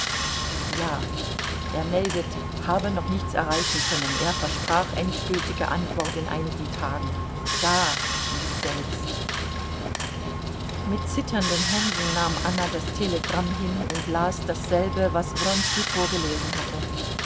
ja er meldet habe noch nichts erreichen können er versprach endgültige antwort in einigen tagen da lies selbst mit zitternden händen nahm anna das telegramm hin und las dasselbe was wronski vorgelesen hatte